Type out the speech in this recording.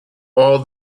all